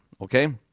Okay